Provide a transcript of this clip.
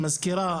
המזכירה,